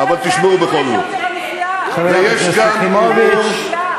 והדבר הזה נתמך, עם ארגונים, עם עמותות, NGOs,